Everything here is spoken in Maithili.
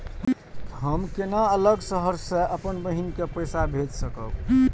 हम केना अलग शहर से अपन बहिन के पैसा भेज सकब?